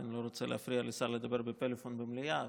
אני לא רוצה להפריע לשר לדבר בפלאפון במליאה,